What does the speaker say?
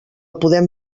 podem